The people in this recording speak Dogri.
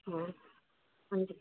अं